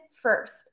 first